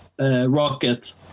rocket